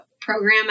program